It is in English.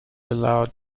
allowed